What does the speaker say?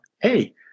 hey